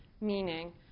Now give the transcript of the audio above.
meaning